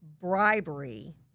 bribery